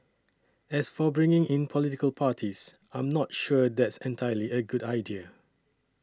as for bringing in political parties I'm not sure that's entirely a good idea